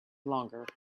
longer